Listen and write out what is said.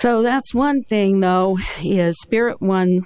so that's one thing though he is spirit one